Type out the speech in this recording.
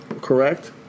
Correct